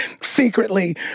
secretly